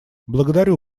благодарю